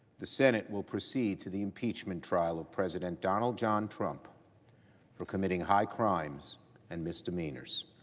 the senate will proceed to the impeachment child of president donald john trump for committing high crimes and misdemeanors.